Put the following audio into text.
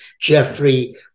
Jeffrey